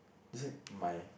is it my